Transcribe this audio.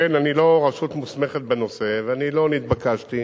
שכן אני לא רשות מוסמכת בנושא ואני לא נתבקשתי